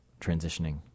transitioning